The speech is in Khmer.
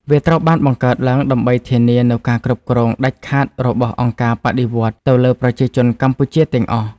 វាត្រូវបានបង្កើតឡើងដើម្បីធានានូវការគ្រប់គ្រងដាច់ខាតរបស់អង្គការបដិវត្តន៍ ទៅលើប្រជាជនកម្ពុជាទាំងអស់។